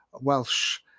Welsh